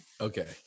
Okay